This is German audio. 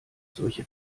solche